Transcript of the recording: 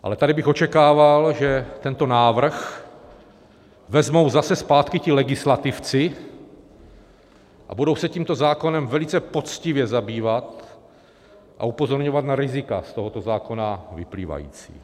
Ale tady bych očekával, že tento návrh vezmou zase zpátky ti legislativci a budou se tímto zákonem velice poctivě zabývat a upozorňovat na rizika z tohoto zákona vyplývající.